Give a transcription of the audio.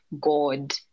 God